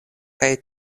kaj